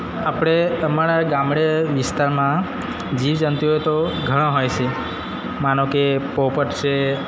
આપણે અમારા ગામડે વિસ્તારમાં જીવજંતુઓ તો ઘણા હોય સે માનો કે પોપટ છે